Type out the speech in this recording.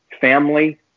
family